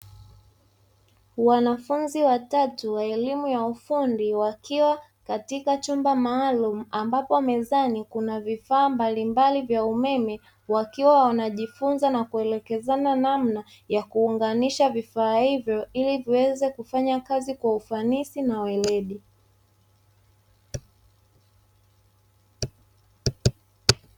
Wanafunzi watatu wa elimu ya ufundi wakiwa katika chumba maalumu ambapo mezani kuna vifaa mbalimbali vya umeme, wakiwa wanajifunza na kuelekezana namna ya kuunganisha vifaa hivyo ili viweze kufanya kazi kwa ufanisi na weledi.